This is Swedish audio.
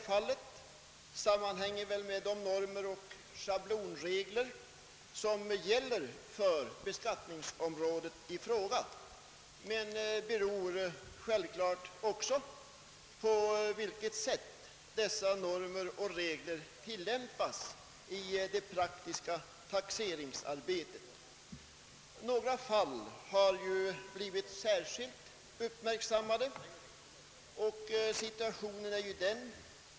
Detta sammanhänger väl med de normer och schablonregler som gäller på detta beskattningsområde, men det beror självfallet också på det sätt på vilket dessa normer och regler tillämpas i det praktiska taxeringsarbetet. Några fall har ju blivit särskilt uppmärksammade.